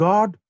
God